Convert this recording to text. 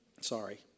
Sorry